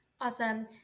Awesome